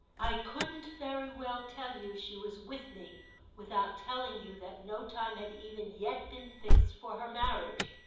i couldn't very well tell you she was with me without telling you that no time had even yet been fixed for her marriage.